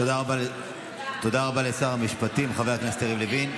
תודה רבה לשר המשפטים חבר הכנסת יריב לוין.